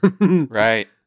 right